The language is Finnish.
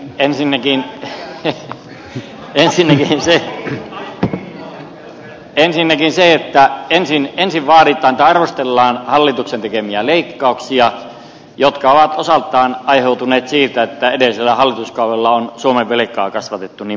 ensinnäkin ensin vaaditaan että arvostellaan hallituksen tekemiä leikkauksia jotka ovat osaltaan aiheutuneet siitä että edellisellä hallituskaudella on suomen velkaa kasvatettu niin merkittävissä määrin